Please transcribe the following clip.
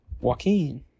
Joaquin